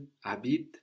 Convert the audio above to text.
habite